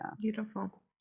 Beautiful